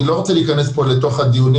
אני לא רוצה להיכנס פה לתוך הדיונים